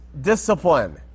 discipline